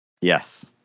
Yes